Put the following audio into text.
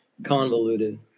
Convoluted